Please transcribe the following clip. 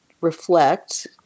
reflect